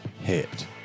hit